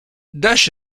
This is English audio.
dash